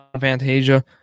Fantasia